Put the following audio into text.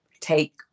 take